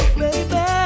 baby